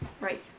right